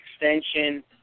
extension